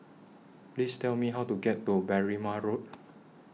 Please Tell Me How to get to Berrima Road